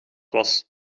was